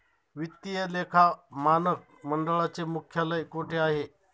वित्तीय लेखा मानक मंडळाचे मुख्यालय कोठे आहे?